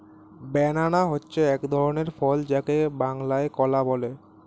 banana হচ্ছে এক ধরনের ফল যাকে বাংলায় কলা বলে